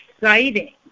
exciting